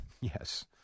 yes